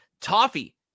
Toffee